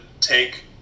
take